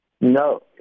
No